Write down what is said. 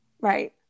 Right